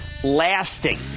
lasting